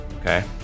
Okay